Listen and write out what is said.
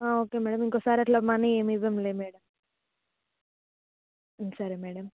okay madam ఇంకొకసారి అట్లా money ఏమి ఇవ్వములే మేడం సరే మేడం